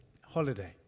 holiday